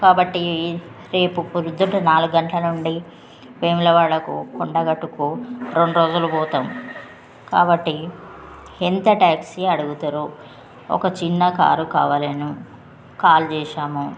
కాబట్టి రేపు ప్రొద్దున నాలుగు గంటల నుండి వేమలవాడకు కొండ గట్టుకు రెండు రోజులు పోతాము కాబట్టి ఎంత ట్యాక్సీ అడుగుతారో ఒక చిన్న కార్ కావలెను కాల్ చేశాము